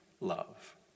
love